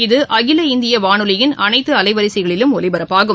இதுஅகில இந்தியவானொலியின் அனைத்துஅலைவரிசைகளிலும் ஒலிப்பரப்பாகும்